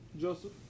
Joseph